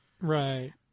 Right